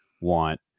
want